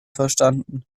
verstanden